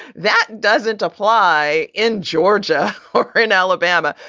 that doesn't apply in georgia and alabama.